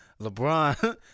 LeBron